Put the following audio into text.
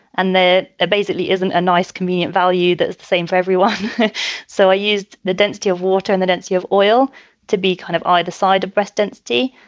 and that basically isn't a nice, convenient value that is the same for everyone so i used the density of water and the density of oil to be kind of either side of breast density.